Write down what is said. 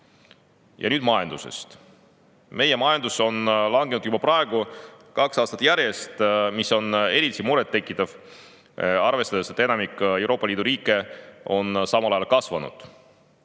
nüüd majandusest. Meie majandus on langenud juba praegu kaks aastat järjest, mis on eriti murettekitav arvestades, et enamiku Euroopa Liidu riikide [majandus] on samal ajal kasvanud.